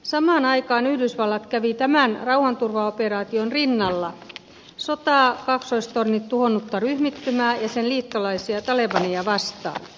samaan aikaan yhdysvallat kävi tämän rauhanturvaoperaation rinnalla sotaa kaksoistornit tuhonnutta ryhmittymää ja sen liittolaisia talebaneja vastaan